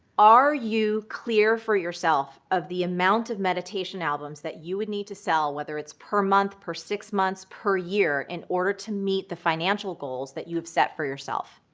are you clear for yourself of the amount of mediation albums that you would need to sell, whether it's per month, per six months, per year in order to meet the financial goals that you have set for yourself?